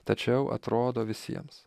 tačiau atrodo visiems